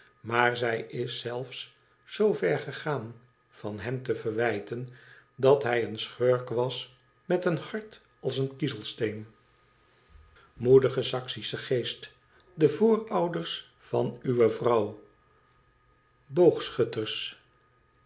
maar zij is zelfs zoo ver gegaan van hem te verwijten dat hij een schurk was met een hart als een keisteen onze wxderzudschb vriend moedige saksische geest de voorouders van uwe vrouw